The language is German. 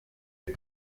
ein